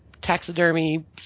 Taxidermy